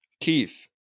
Keith